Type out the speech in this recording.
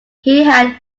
had